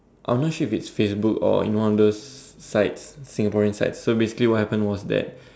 I'm not sure if it's Facebook or in one of those sites Singaporean sites so basically what happened was that